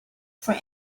for